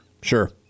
Sure